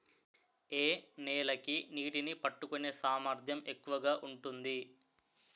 ఏ నేల కి నీటినీ పట్టుకునే సామర్థ్యం ఎక్కువ ఉంటుంది?